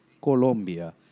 Colombia